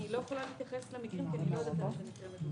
אני לא יכולה להתייחס למקרים כי אני לא יודעת במה מדובר.